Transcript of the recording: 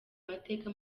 mateka